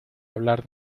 hablar